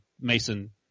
Mason